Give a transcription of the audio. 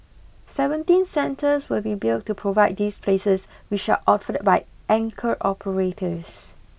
seventeen centres will be built to provide these places which are offered by anchor operators